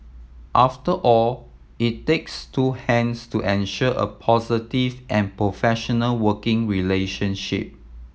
after all it takes two hands to ensure a positive and professional working relationship